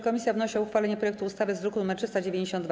Komisja wnosi o uchwalenie projektu ustawy z druku nr 392.